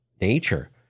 nature